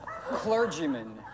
clergyman